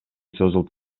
созулуп